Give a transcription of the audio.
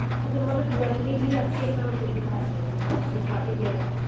अच्छा मतलब ज्वेलरी भी आपके यहाँ मिलता है मतलब की पार्टी वियर